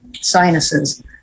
sinuses